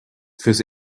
fürs